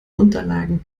unterlagen